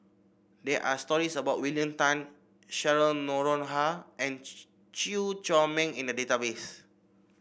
there are stories about William Tan Cheryl Noronha and Chew Chor Meng in the database